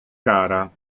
gara